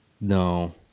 No